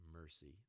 mercy